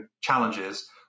challenges